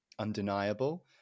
undeniable